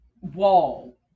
wall